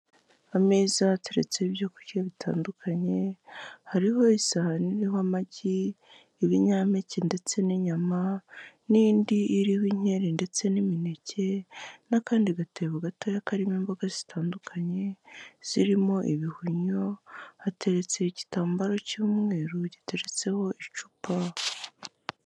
Ameza ateretse ibyokurya bitandukanye hariho isahani iriho amagi, ibinyampeke, ndetse n'inyama n'indi iriho inkeri ndetse n'imineke n'akandi gatebo gatoya karimo imboga zitandukanye zirimo ibihumyo, hateretse igitambaro cy'umweru giretseho icupa.